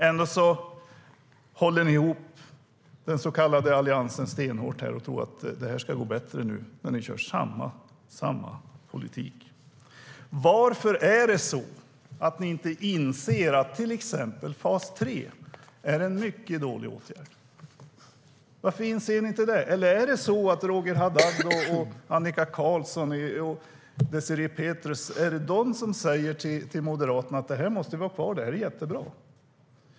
Ändå håller ni ihop den så kallade Alliansen stenhårt och tror att det ska gå bättre nu, fast ni kör samma politik. Varför inser ni inte att fas 3 är en mycket dålig åtgärd? Är det så att Roger Haddad, Annika Qarlsson och Désirée Pethrus säger till Moderaterna att detta är jättebra och måste vara kvar?